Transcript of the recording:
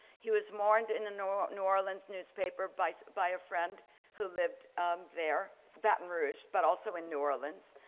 he was mourned in the new ah new orleans newspaper by so by a friend who lived there, baton rouge, but also in new orleans.